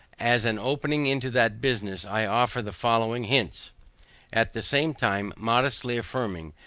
as an opening into that business, i offer the following hints at the same time modestly affirming,